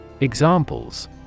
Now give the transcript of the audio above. Examples